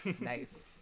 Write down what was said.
Nice